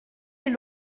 est